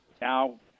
now